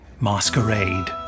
Masquerade